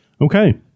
Okay